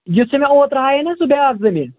یُس ژےٚ مےٚ اوترٕ ہایاے نا سُہ بیٛاکھ زمیٖن